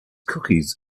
cookies